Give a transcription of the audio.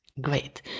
Great